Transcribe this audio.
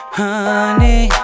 honey